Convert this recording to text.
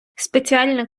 спеціальна